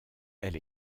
elle